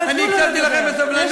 אני הקשבתי לכם בסבלנות.